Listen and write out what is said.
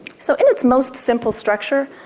so in its most simple structure,